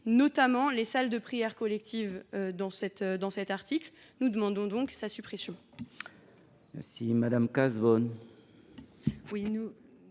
notamment comme salle de prière collective » dans cet article ? Nous demandons donc sa suppression.